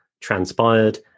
transpired